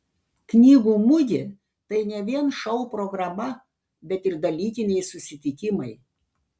knygų mugė tai ne vien šou programa bet ir dalykiniai susitikimai